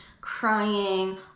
crying